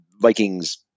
Vikings